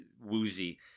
woozy